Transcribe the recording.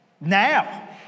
now